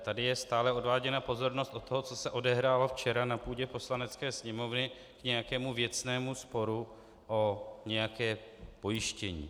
Tady je stále odváděna pozornost od toho, co se odehrálo včera na půdě Poslanecké sněmovny, k nějakému věcnému sporu o nějaké pojištění.